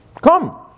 Come